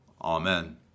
Amen